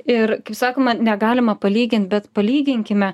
ir kaip sakoma negalima palygint bet palyginkime